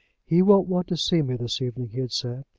he won't want to see me this evening, he had said.